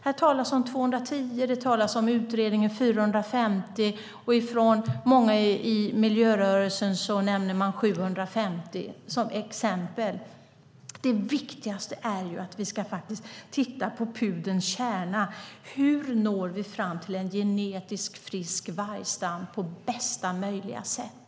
Här talas om 210, det talas om utredningens 450 och många i miljörörelsen nämner 750. Men det viktigaste är att titta på pudelns kärna: Hur når vi fram till en genetiskt frisk vargstam på bästa möjliga sätt?